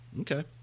Okay